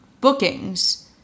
bookings